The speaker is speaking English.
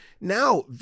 Now